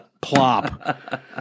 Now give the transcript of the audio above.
Plop